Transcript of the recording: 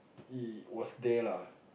it was there lah